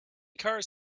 cars